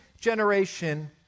generation